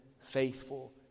faithful